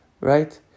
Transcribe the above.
right